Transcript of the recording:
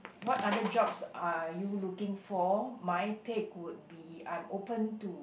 what other jobs are you looking for my take would be I'm open to